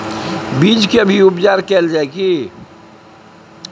बीज के भी उपचार कैल जाय की?